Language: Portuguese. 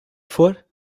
for